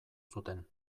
zuten